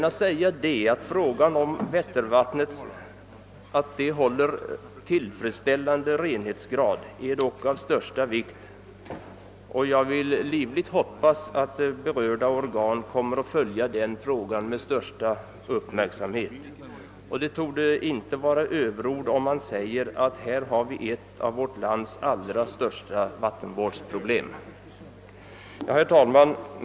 Att vättervattnet håller tillfredsställande renhetsgrad är dock av största vikt, och jag vill livligt hoppas att berörda organ kommer att följa denna fråga med stor uppmärksamhet. Det torde inte vara några överord om man säger att vi här har ett av vårt lands allra viktigaste vattenvårdsproblem. Herr talman!